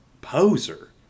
poser